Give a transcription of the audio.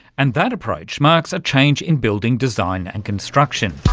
and that approach marks a change in building design and construction.